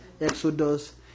Exodus